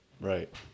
Right